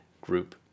group